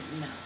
no